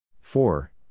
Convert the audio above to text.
Four